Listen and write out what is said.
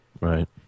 Right